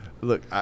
look